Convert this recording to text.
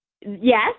Yes